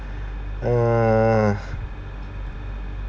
uh